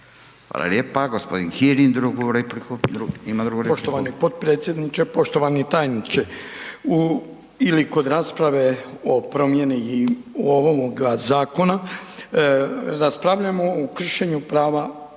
Hvala lijepa. Gospodin Kirin drugu repliku,